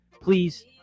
Please